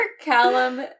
Callum